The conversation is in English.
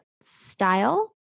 style